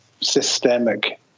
systemic